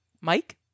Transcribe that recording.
Mike